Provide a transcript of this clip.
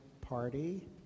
party